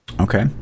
Okay